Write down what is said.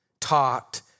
taught